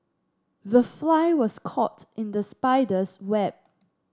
the fly was caught in the spider's web